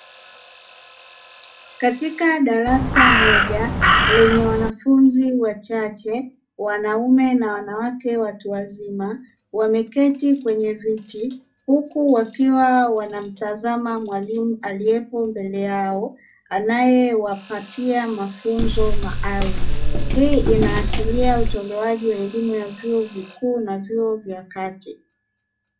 Katika darasa moja lenye wanafunzi wachache wanaume na wanawake watu wazima wameketi kwenye viti huku wakiwa wanamtazama mwalimu aliyepo mbele yao anaye wapatia mafunzo maalumu, hii inaashiria utolewaji wa elimu ya vyuo vikuu na vyuo vya kati.